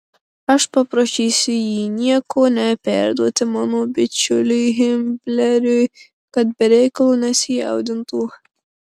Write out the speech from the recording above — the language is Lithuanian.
aš paprašysiu jį nieko neperduoti mano bičiuliui himleriui kad be reikalo nesijaudintų